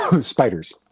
Spiders